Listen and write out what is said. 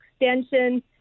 extension